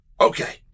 Okay